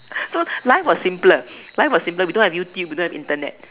so life was simpler life was simpler we don't have YouTube we don't have Internet